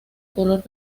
color